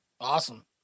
Awesome